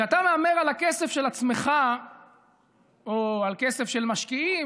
כשאתה מהמר על הכסף של עצמך או על כסף של משקיעים